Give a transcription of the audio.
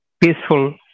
peaceful